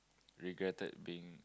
regretted being